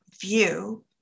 view